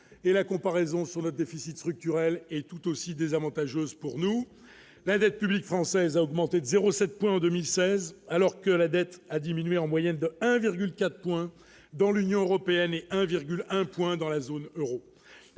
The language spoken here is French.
la comparaison sur le déficit structurel est tout aussi désavantageuse pour nous l'avait publique française a augmenté de 0 7 points en 2016 alors que la dette a diminué en moyenne de 1,4 points dans l'Union européenne et 1,1 point dans la zone Euro,